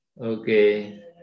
Okay